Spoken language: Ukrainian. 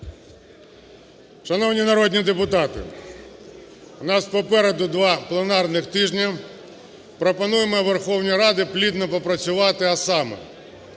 Шановні народні депутати, у нас попереду два пленарних тижня. Пропонуємо Верховній Раді плідно попрацювати, а саме: